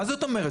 מה זאת אומרת?